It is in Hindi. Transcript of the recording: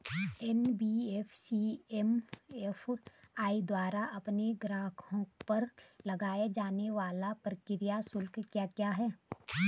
एन.बी.एफ.सी एम.एफ.आई द्वारा अपने ग्राहकों पर लगाए जाने वाले प्रक्रिया शुल्क क्या क्या हैं?